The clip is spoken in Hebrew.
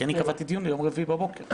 כי אני קבעתי דיון ביום רביעי בבוקר.